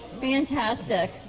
Fantastic